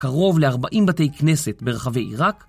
קרוב ל-40 בתי כנסת ברחבי עיראק